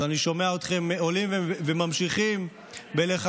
אז אני שומע אתכם עולים וממשיכים לחפש,